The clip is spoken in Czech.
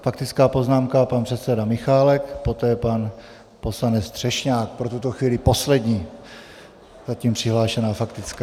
Faktická poznámka, pan předseda Michálek, poté pan poslanec Třešňák, pro tuto chvíli zatím poslední přihlášená faktická.